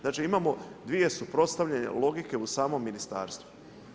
Znači imamo dvije suprotstavljene logike u samom ministarstvu.